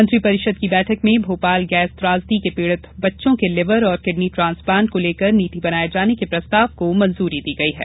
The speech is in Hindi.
मंत्री परिषद की बैठक में भोपाल गैस त्रासदी के पीड़ित बच्चों के लिवर और किडनी ट्रांसप्लांट को लेकर नीति बनाये जाने के प्रस्ताव को मंजूरी दी गई है